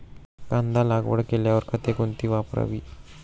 कांदा लागवड केल्यावर खते कोणती वापरावी?